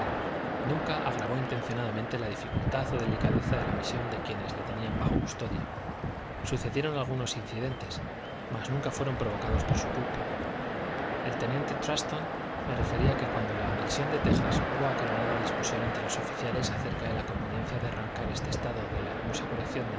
nunca agravó intencionalmente la dificultad o delicadeza de la misión de quienes le tenían bajo custodia sucedieron algunos incidentes mas nunca fueron provocados por su culpa el teniente truxton me refería que cuando la anexión de tejas hubo acalorada discusión entre los oficiales acerca de la conveniencia de arrancar este estado de la hermosa colección